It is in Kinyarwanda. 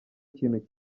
kintu